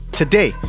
today